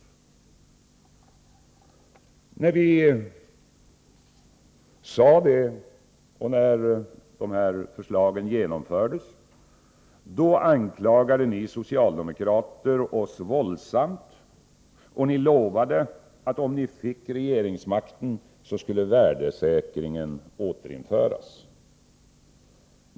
När vi sade det, och när de här förslagen genomfördes, anklagade ni socialdemokrater oss våldsamt, och ni lovade att om ni fick regeringsmakten, skulle värdesäkringen återinföras.